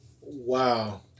Wow